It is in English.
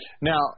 Now